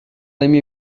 эми